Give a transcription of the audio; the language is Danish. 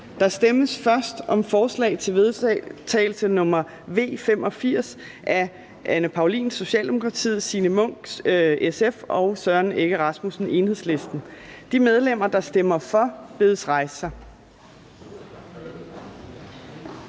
Der stemmes først om forslag til vedtagelse nr. V 85 af Anne Paulin (S), Signe Munk (SF) og Søren Egge Rasmussen (EL). De medlemmer, der stemmer for, bedes rejse sig.